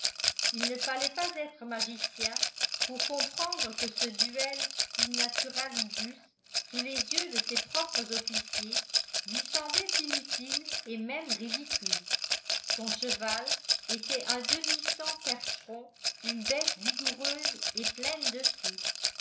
il ne fallait pas être magicien pour comprendre que ce duel in naturalibus sous les yeux de ses propres officiers lui semblait inutile et même ridicule son cheval était un demi sang percheron une bête vigoureuse et pleine de feu